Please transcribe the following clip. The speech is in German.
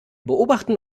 beobachten